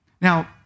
Now